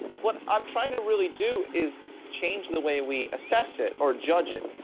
what i'm trying to really do is change the way we assess it or judge it.